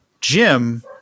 Jim